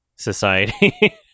society